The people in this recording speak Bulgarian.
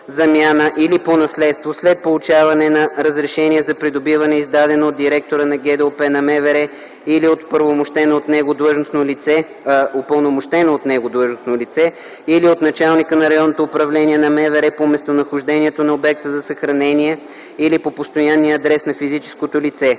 или по наследство след получаване на разрешение за придобиване, издадено от директора на ГДОП на МВР или от упълномощено от него длъжностно лице, или от началника на РУ на МВР по местонахождението на обекта за съхранение или по постоянния адрес на физическото лице.